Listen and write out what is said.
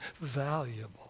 valuable